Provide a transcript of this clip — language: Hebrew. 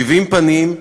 שבעים פנים,